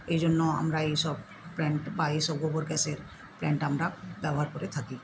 এই জন্য আমরা এই সব প্ল্যান্ট বা এই সব গোবর গ্যাসের প্ল্যান্ট আমরা ব্যবহার করে থাকি